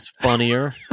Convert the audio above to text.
funnier